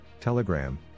Telegram